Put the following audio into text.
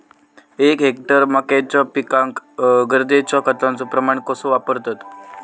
एक हेक्टर मक्याच्या पिकांका गरजेच्या खतांचो प्रमाण कसो वापरतत?